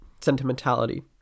sentimentality